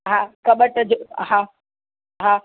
हा कबट जो हा हा हा